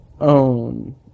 Own